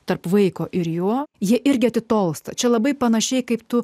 tarp vaiko ir jo jie irgi atitolsta čia labai panašiai kaip tu